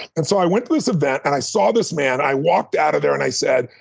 and so i went to this event, and i saw this man. i walked out of there, and i said,